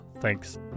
Thanks